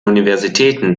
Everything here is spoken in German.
universitäten